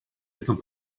become